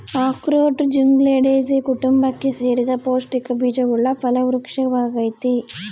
ಅಖ್ರೋಟ ಜ್ಯುಗ್ಲಂಡೇಸೀ ಕುಟುಂಬಕ್ಕೆ ಸೇರಿದ ಪೌಷ್ಟಿಕ ಬೀಜವುಳ್ಳ ಫಲ ವೃಕ್ಪವಾಗೈತಿ